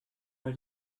bei